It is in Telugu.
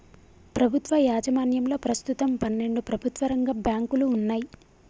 ప్రభుత్వ యాజమాన్యంలో ప్రస్తుతం పన్నెండు ప్రభుత్వ రంగ బ్యాంకులు వున్నయ్